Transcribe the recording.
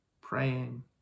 Praying